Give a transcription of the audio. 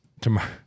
Tomorrow